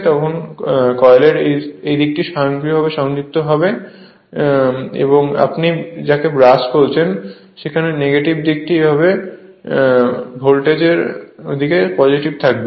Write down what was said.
যে কয়েলের একটি দিক স্বয়ংক্রিয়ভাবে সংযুক্ত হয়ে গেছে যাকে আপনি ব্রাশ বলছেন নেগেটিভ দিকটি এমনভাবে যেটিকে আপনি ভোল্টেজ বলছেন তা সর্বদা পজিটিভ থাকবে